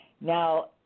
Now